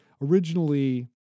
originally